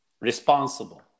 responsible